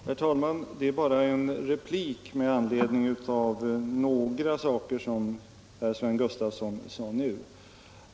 Herr talman! Jag vill göra en kommentar i anknytning till en del av det som herr Sven Gustafson i Göteborg sade senast.